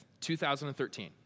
2013